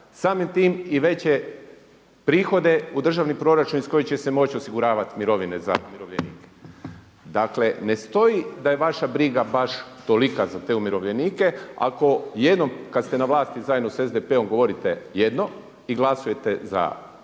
Samim tim i veće prihode u državni proračun iz kojeg će se moći osiguravati mirovine za umirovljenike. Dakle, ne stoji da je vaša briga baš tolika za te umirovljenike. Ako jednom kad ste na vlasti zajedno sa SDP-om govorite jedno i glasujete za to,